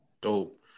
Dope